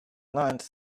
lunch